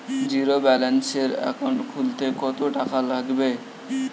জিরোব্যেলেন্সের একাউন্ট খুলতে কত টাকা লাগবে?